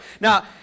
Now